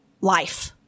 life